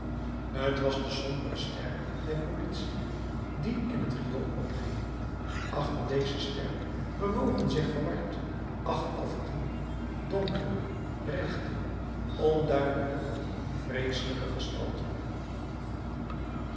t was de sombere ster der politie die in het riool opging achter deze ster bewogen zich verward acht of tien donkere rechte onduidelijke vreeselijke gestalten